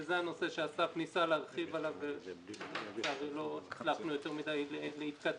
וזה הנושא שאסף ניסה להרחיב עליו ולא הצלחנו יותר מדי להתקדם.